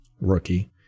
rookie